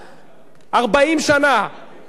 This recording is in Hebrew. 40 שנה לא עשיתם כלום,